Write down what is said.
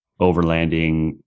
overlanding